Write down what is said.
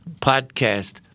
podcast